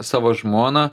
savo žmoną